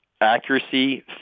Accuracy